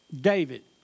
David